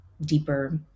deeper